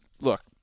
look